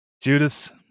Judas